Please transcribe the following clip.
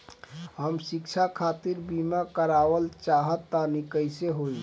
हम शिक्षा खातिर बीमा करावल चाहऽ तनि कइसे होई?